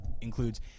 includes